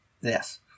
Yes